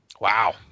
Wow